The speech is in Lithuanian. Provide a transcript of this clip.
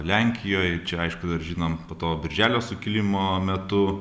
lenkijoj čia aišku dar žinom po to birželio sukilimo metu